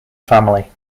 family